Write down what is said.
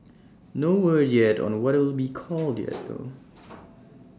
no word yet on what it'll be called yet though